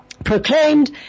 Proclaimed